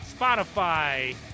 Spotify